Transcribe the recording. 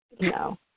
no